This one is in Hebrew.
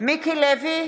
מיקי לוי,